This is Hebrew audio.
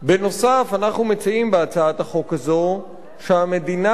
אנחנו מציעים בהצעת החוק הזאת שהמדינה תתקצב